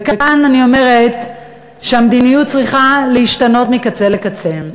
וכאן אני אומרת שהמדיניות צריכה להשתנות מקצה לקצה.